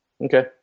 Okay